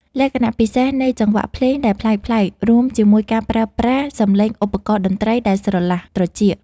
លក្ខណៈពិសេសនៃចង្វាក់ភ្លេងដែលប្លែកៗ រួមជាមួយការប្រើប្រាស់សំឡេងឧបករណ៍តន្ត្រីដែលស្រឡះត្រចៀក